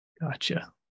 Gotcha